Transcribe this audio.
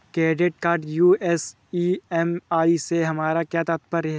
Credit card US EMI से हमारा क्या तात्पर्य है?